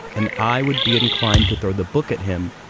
and i would be inclined to throw the book at him.